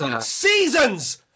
seasons